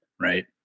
right